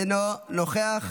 אינו נוכח,